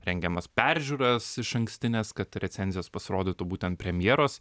rengiamas peržiūras išankstines kad recenzijos pasirodytų būtent premjeros